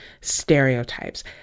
stereotypes